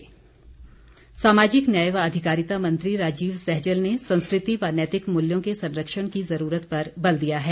सहजल सामाजिक न्याय व अधिकारिता मंत्री राजीव सहजल ने संस्कृति व नैतिक मूल्यों के संरक्षण की जरूरत पर बल दिया है